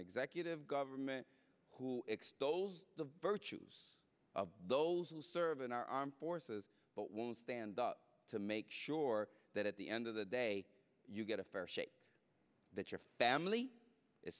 executive government who extols the virtues of those who serve in our armed forces but won't stand up to make sure that at the end of the day you get a fair shake that your family is